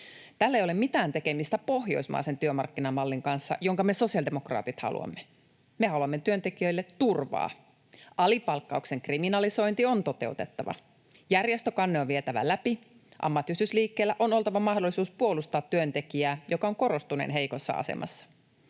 Tällä ei ole mitään tekemistä pohjoismaisen työmarkkinamallin kanssa, jonka me sosiaalidemokraatit haluamme. Me haluamme työntekijöille turvaa. Alipalkkauksen kriminalisointi on toteutettava, järjestökanne on vietävä läpi, ammattiyhdistysliikkeellä on oltava mahdollisuus puolustaa työntekijää, joka on korostuneen heikossa asemassa.